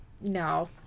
no